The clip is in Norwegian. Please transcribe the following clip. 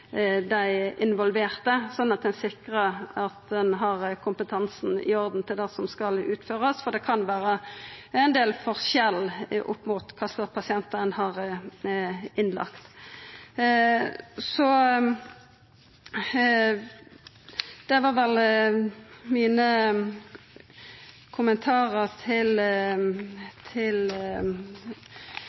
dei involverte, sånn at ein sikrar at ein har kompetansen i orden til det som skal utførast, for det kan vera ein del forskjell opp mot kva slags pasientar ein har innlagt. Det var mine kommentarar til